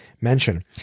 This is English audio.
mention